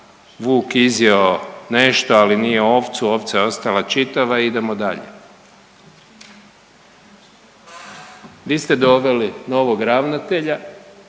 Vuk izjeo nešto, ali nije ovcu, ovca je ostala čitava i idemo dalje. Vi ste doveli novog ravnatelja.